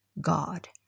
God